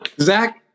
Zach